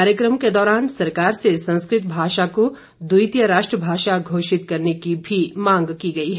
कार्यक्रम के दौरान सरकार से संस्कृत भाषा को द्वितीय राष्ट्रभाषा घोषित करने की भी मांग की गई है